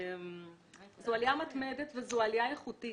זו עלייה מתמדת וזו עלייה איכותית